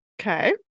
Okay